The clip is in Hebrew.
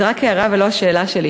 אז זאת רק הערה, ולא השאלה שלי.